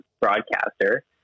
broadcaster